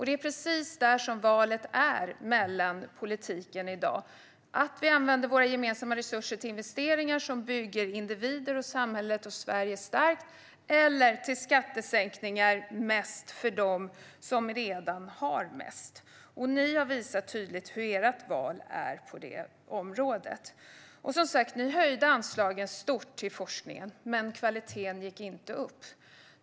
Det är precis där valet står i politiken i dag: att använda våra gemensamma resurser till investeringar som bygger individer, samhället och Sverige starka eller till skattesänkningar framför allt för dem som redan har mest. Ni har tydligt visat vilket val ni gör på det området. Ni höjde anslagen stort till forskningen, men kvaliteten gick inte upp.